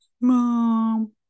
mom